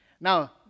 Now